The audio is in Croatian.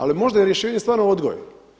Ali možda je rješenje stvarno u odgoju.